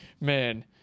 Man